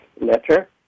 letter